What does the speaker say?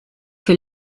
für